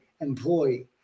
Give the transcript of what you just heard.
employee